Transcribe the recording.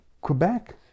Quebec